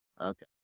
Okay